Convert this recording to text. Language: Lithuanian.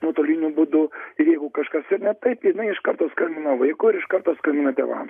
nuotoliniu būdu ir jeigu kažkas ten ne taip jinai iš karto skambina vaikui ir iš karto skambina tėvams